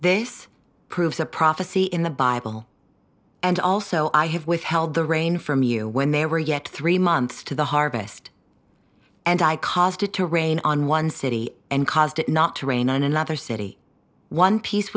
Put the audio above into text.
this proves a prophecy in the bible and also i have withheld the rain from you when they were yet three months to the harvest and i caused it to rain on one city and caused it not to rain on another city one piece